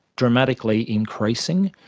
dramatically increasing.